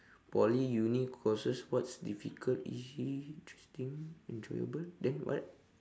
poly uni courses what's difficult easy interesting enjoyable then what